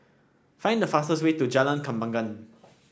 find the fastest way to Jalan Kembangan